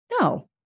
No